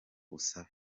busabe